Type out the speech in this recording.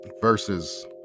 versus